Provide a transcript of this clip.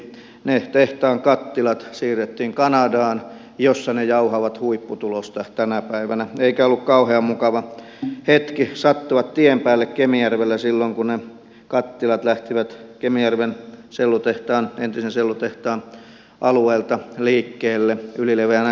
ne tehtaan kattilat siirrettiin kanadaan jossa ne jauhavat huipputulosta tänä päivänä eikä ollut kauhean mukava hetki sattua tien päälle kemijärvellä silloin kun ne kattilat lähtivät kemijärven entisen sellutehtaan alueelta liikkeelle ylileveänä kuljetuksena